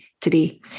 today